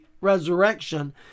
resurrection